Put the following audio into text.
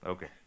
Okay